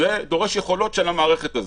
זה דורש יכולות של המערכת הזאת.